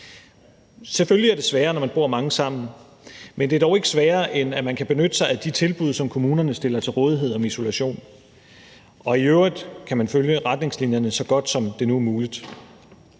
selvfølgelig sværere, når man bor mange sammen, men det er dog ikke sværere, end at man kan benytte sig af de tilbud, som kommunerne stiller til rådighed, om isolation – i øvrigt kan man følge retningslinjerne så godt, som det nu er muligt.